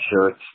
shirts